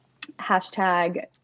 Hashtag